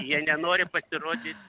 jie nenori pasirodyt